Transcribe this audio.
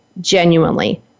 genuinely